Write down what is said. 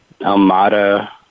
Almada